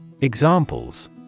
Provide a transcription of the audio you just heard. Examples